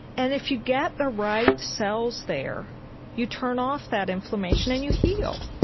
and if you get the right cells there you turn off that inflammation and you heal.